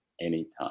anytime